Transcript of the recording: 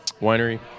winery